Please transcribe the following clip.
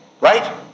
Right